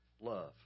love